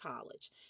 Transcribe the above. college